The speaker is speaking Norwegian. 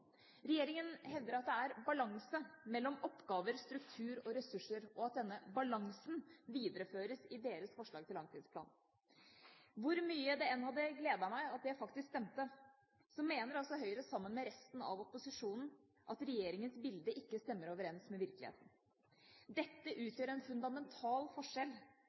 Regjeringa hevder at det er balanse mellom oppgaver, struktur og ressurser, og at denne balansen videreføres i deres forslag til langtidsplan. Hvor mye det enn hadde gledet meg at dette faktisk stemte, mener Høyre, sammen med resten av opposisjonen, at regjeringas bilde ikke stemmer overens med virkeligheten. Dette utgjør en fundamental forskjell